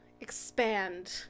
expand